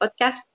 podcast